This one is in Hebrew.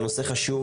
זה נושא חשוב,